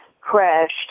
crashed